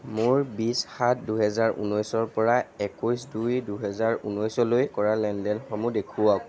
মোৰ বিশ সাত দুহেজাৰ ঊনৈছৰ পৰা একৈছ সাত দুহেজাৰ ঊনৈছ লৈ কৰা লেনদেনসমূহ দেখুৱাওক